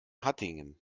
hattingen